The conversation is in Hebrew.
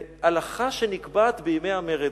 בהלכה שנקבעת בימי המרד.